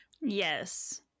Yes